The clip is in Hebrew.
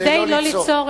כדי לא ליצור,